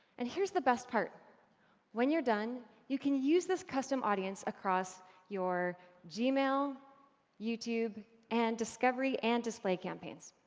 and here's the best part when you're done, you can use this custom audience across your gmail, youtube and discovery and display campaigns.